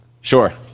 Sure